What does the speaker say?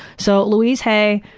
so louise hay,